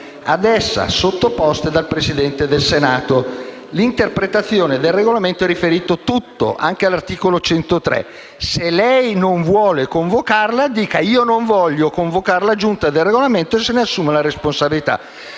ad essa sottoposte dal Presidente del Senato». L'interpretazione del Regolamento si riferisce a tutto, anche all'articolo 103. Se lei non vuole convocarla, dica che non vuole convocare la Giunta per il Regolamento e se ne assume la responsabilità.